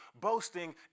boasting